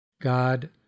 God